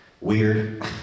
weird